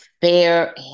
fair